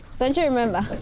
don't you remember?